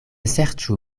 serĉu